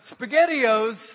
SpaghettiOs